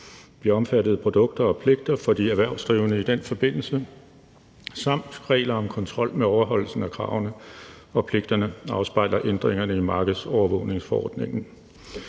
De omfattede produkter og pligter for de erhvervsdrivende i den forbindelse samt regler om kontrol med overholdelsen af kravene og pligterne afspejler ændringerne i markedsovervågningsforordningen.